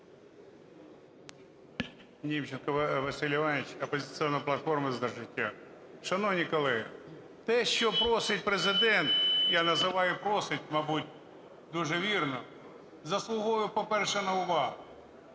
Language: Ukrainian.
Німченко Василь Іванович, "Опозиційна платформа – За життя". Шановні колеги, те, що просить Президент, я називаю "просить", мабуть, дуже вірно, заслуговує, по-перше, на увагу.